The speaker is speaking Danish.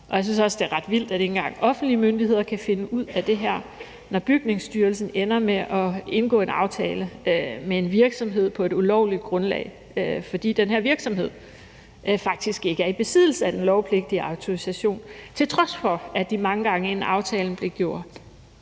er ret vildt, at ikke engang offentlige myndigheder kan finde ud af det her. Når Bygningsstyrelsen ender med at indgå en aftale med en virksomhed på et ulovligt grundlag, fordi den her virksomhed faktisk ikke er i besiddelse af den lovpligtige autorisation, til trods for at de mange gange inden aftalen blev gjort